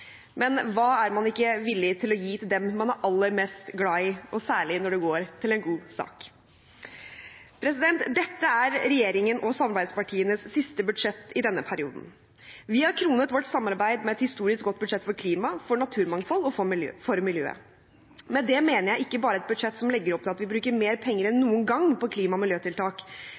men hva er man vel ikke villig til å gi til dem man er aller mest glad i, og særlig når det går til en god sak? Dette er regjeringen og samarbeidspartienes siste budsjett i denne perioden. Vi har kronet vårt samarbeid med et historisk godt budsjett for klima, for naturmangfold og for miljøet. Med det mener jeg ikke bare et budsjett som legger opp til at vi bruker mer penger enn noen gang på klima- og miljøtiltak,